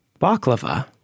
baklava